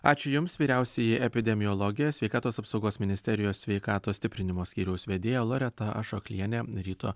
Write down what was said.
ačiū jums vyriausioji epidemiologė sveikatos apsaugos ministerijos sveikatos stiprinimo skyriaus vedėja loreta ašoklienė ryto